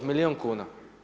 Milijun kuna.